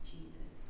Jesus